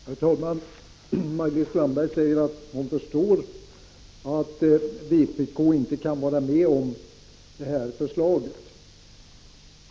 Herr talman! Maj-Lis Landberg säger att hon förstår att vpk inte kan vara med om det här förslaget.